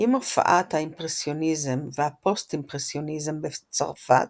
עם הופעת האימפרסיוניזם והפוסט-אימפרסיוניזם בצרפת,